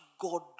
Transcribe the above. God